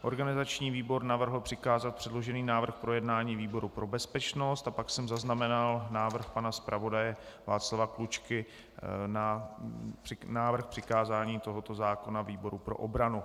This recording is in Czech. Organizační výbor navrhl přikázat předložený návrh k projednání výboru pro bezpečnost a pak jsem zaznamenal návrh pana zpravodaje Václava Klučky na přikázání tohoto zákona výboru pro obranu.